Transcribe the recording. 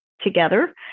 together